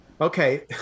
Okay